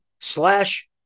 slash